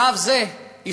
שלב זה הסתיים